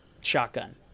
shotgun